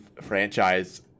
franchise